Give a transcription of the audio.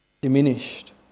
diminished